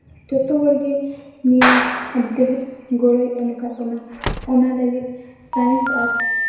ᱡᱚᱛᱚ ᱦᱚᱲ ᱜᱮ ᱱᱤᱭᱟᱹ ᱟᱹᱰᱤ ᱰᱷᱮᱹᱨ ᱜᱚᱲᱚᱭ ᱮᱢᱟᱣᱠᱟᱫ ᱵᱚᱱᱟ ᱚᱱᱟ ᱞᱟᱹᱜᱤᱫ ᱥᱟᱬᱮᱥ ᱟᱨ